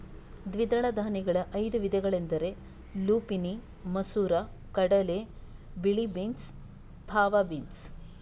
ದ್ವಿದಳ ಧಾನ್ಯಗಳ ಐದು ವಿಧಗಳೆಂದರೆ ಲುಪಿನಿ ಮಸೂರ ಕಡಲೆ, ಬಿಳಿ ಬೀನ್ಸ್, ಫಾವಾ ಬೀನ್ಸ್